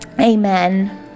amen